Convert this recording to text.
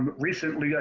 but recently, yeah